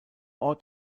ort